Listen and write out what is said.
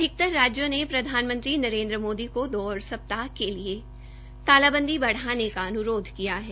अधिकतर राज्यों उने प्रधानमंत्री नरेन्द्र मोदी को दो और हफ्तों के लिए तालाबंदी बढाने का अनुरोध किया है